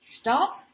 stop